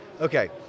Okay